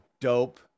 dope